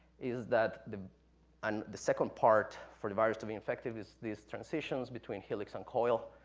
is that the um the second part, for the virus to be infective is these transitions between helix and coil.